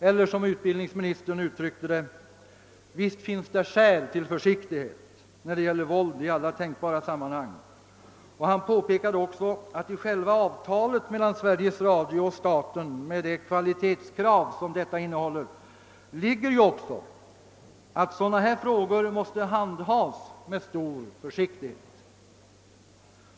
Eller som utbildningsministern uttryckte det: »Visst finns det skäl till försiktighet när det gäller våld i alla tänkbara sammanhang.» Han påpekade också att i själva avtalet mellan Sveriges Radio och staten, med det kvalitetskrav som här frågor måste handhas med stor försiktighet.